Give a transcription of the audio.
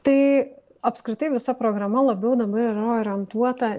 tai apskritai visa programa labiau dabar yra orientuota